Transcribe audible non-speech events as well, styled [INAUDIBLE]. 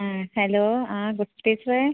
ആ ഹലോ ആ [UNINTELLIGIBLE] ടീച്ചറേ